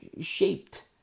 shaped